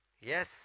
Yes